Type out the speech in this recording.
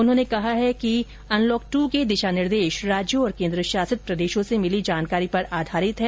उन्होंने कहा है कि अनलॉक दू के दिशा निर्देश राज्यों और केन्द्र शासित प्रदेशों से मिली जानकारी पर आधारित है